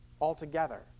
altogether